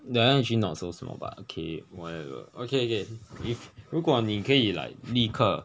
that one actually not so small but okay whatever okay okay if 如果你可以 like 立刻